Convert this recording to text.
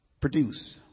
produce